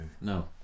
No